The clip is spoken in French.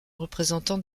représentant